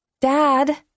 Dad